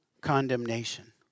condemnation